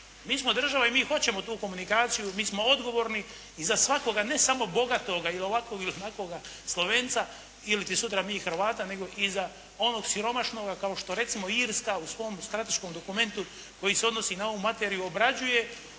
Mi smo država i mi hoćemo tu komunikaciju, mi smo odgovorni i za svakoga, ne samo bogatoga ili ovakvog ili onakvoga Slovenca iliti sutra mi Hrvata nego iza onog siromašnoga kao što recimo Irska u svom strateškom dokumentu koji se odnosi na ovu materiju obrađuje